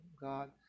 God